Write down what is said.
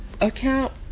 account